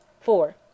Four